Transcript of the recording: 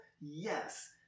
Yes